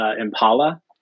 Impala